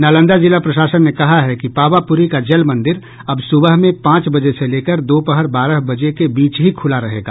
नालंदा जिला प्रशासन ने कहा है कि पावापुरी का जलमंदिर अब सुबह में पांच बजे से लेकर दोपहर बारह बजे के बीच ही खुला रहेगा